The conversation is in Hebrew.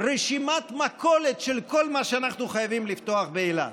רשימת מכולת של כל מה שאנחנו חייבים לפתוח באילת,